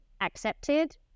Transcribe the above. accepted